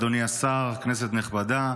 אדוני השר, כנסת נכבדה,